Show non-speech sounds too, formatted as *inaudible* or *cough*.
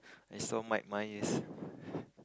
I saw might mine is *breath*